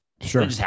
Sure